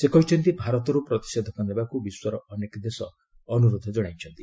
ସେ କହିଛନ୍ତି ଭାରତରୁ ପ୍ରତିଷେଧକ ନେବାକୁ ବିଶ୍ୱର ଅନେକ ଦେଶ ଅନୁରୋଧ ଜଣାଇଛନ୍ତି